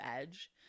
edge